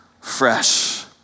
fresh